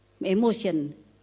emotion